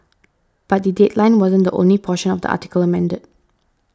but the headline wasn't the only portion of the article amended